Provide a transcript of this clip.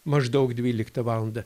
maždaug dvyliktą valandą